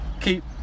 keep